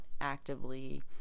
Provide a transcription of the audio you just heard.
actively